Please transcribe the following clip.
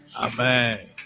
Amen